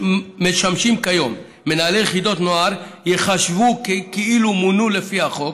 שמשמשים כיום מנהלי יחידות נוער ייחשבו כאילו מונו לפי החוק,